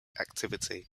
activity